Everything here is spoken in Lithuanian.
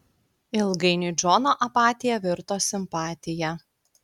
ilgainiui džono apatija virto simpatija